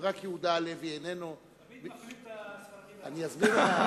ורק יהודה הלוי איננו תמיד מפלים את הספרדים לרעה.